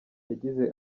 yagize